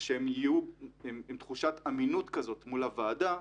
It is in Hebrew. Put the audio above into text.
שהם יהיו עם תחושת אמינות מול הוועדה,